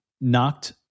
knocked